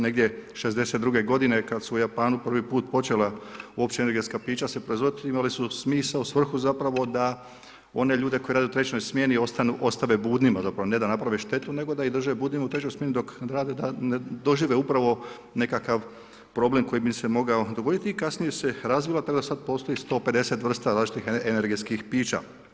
Negdje '62. godine kad su u Japanu prvi put počela uopće energetska pića se proizvodit, imali su smisao, svrhu zapravo, da one ljude koji rade u trećoj smjeni ostave budnima, ne da naprave štetu, nego da ih drže budnima u trećoj smjeni da ne dožive upravo nekakav problem koji bi se mogao dogoditi i kasnije se razvila, tako da sad postoji 150 vrsta različitih energetskih pića.